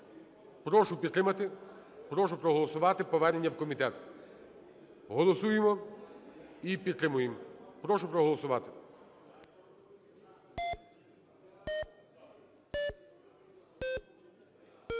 Прошу підтримати, прошу проголосувати повернення в комітет. Голосуємо і підтримуємо. Прошу проголосувати.